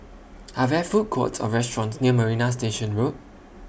Are There Food Courts Or restaurants near Marina Station Road